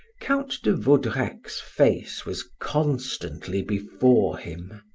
count de vaudrec's face was constantly before him.